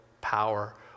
power